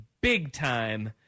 big-time